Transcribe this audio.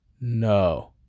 no